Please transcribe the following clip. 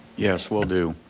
yes, will do.